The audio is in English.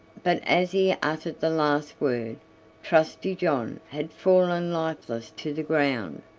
but as he uttered the last word trusty john had fallen lifeless to the ground,